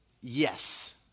yes